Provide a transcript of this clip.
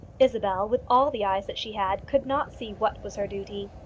isabel, with all the eyes that she had, could not see what was her duty.